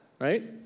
right